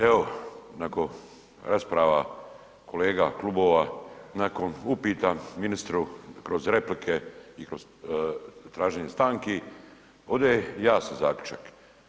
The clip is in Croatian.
Evo nakon rasprava kolega, klubova, nakon upita ministru kroz replike i kroz traženje stanki, ovdje je jasan zaključak.